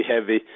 heavy